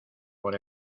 por